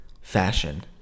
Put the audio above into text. Fashion